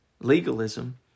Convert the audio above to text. legalism